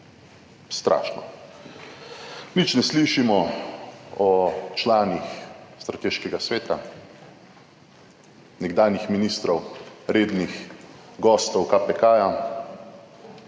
Strašno. Nič ne slišimo o članih strateškega sveta, nekdanjih ministrov, rednih gostov KPK,